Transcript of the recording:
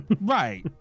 right